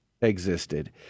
existed